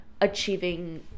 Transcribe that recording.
achieving